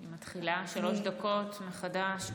אני מתחילה, שלוש דקות מחדש.